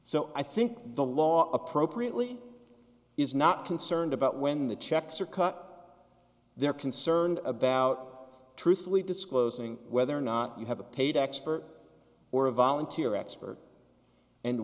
so i think the law appropriately is not concerned about when the checks are cut they're concerned about truthfully disclosing whether or not you have a paid expert or a volunteer expert and